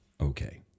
Okay